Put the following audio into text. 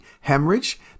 hemorrhage